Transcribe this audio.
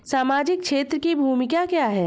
सामाजिक क्षेत्र की भूमिका क्या है?